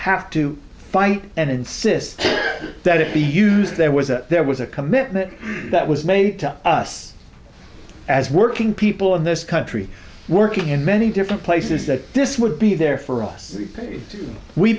have to fight and insist that it be used there was a there was a commitment that was made to us as working people in this country working in many different places that this would be there for us we pa